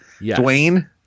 Dwayne